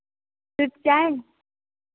सिर्फ चाय